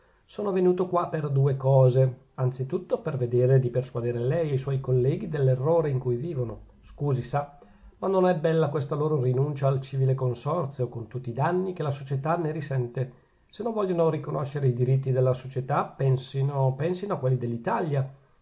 sono venuto qua per due cose anzitutto per vedere di persuadere lei e i suoi colleghi dell'errore in cui vivono scusi sa ma non è bella questa loro rinunzia al civile consorzio con tutti i danni che la società ne risente se non vogliono riconoscere i diritti della società pensino pensino a quelli dell'italia